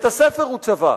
וגם בית-הספר הוא צבא.